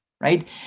right